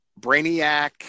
Brainiac